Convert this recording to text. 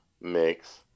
mix